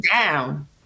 down